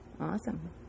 Awesome